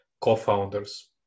co-founders